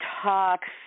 talks